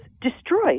destroyed